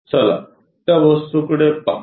चला या वस्तूकडे पाहू